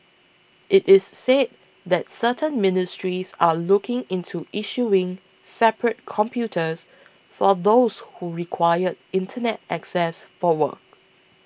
it is said that certain ministries are looking into issuing separate computers for those who require Internet access for work